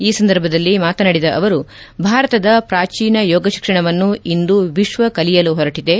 ಈ ಸಂದರ್ಭದಲ್ಲಿ ಮಾತನಾಡಿದ ಅವರು ಭಾರತದ ಪೂಚೀನ ಯೋಗ ಶಿಕ್ಷಣವನ್ನು ಇಂದು ವಿಶ್ವ ಕಲಿಯಲು ಹೊರಡಿದೆ